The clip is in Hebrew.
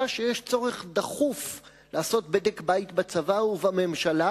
שיש צורך דחוף לעשות בדק בית בצבא ובממשלה,